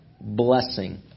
blessing